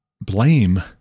blame